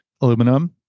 aluminum